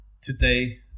today